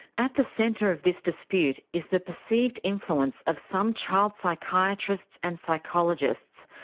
at the centre of this dispute is the perceived influence of some child psychiatrists and psychologists,